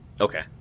Okay